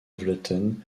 vleuten